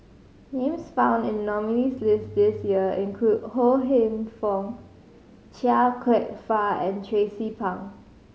names found in the nominees' list this year include Ho Hingfong Chia Kwek Fah and Tracie Pang